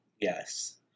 Yes